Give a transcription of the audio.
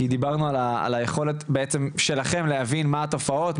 דיברנו על היכולת בעצם שלכם להבין מה התופעות,